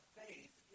faith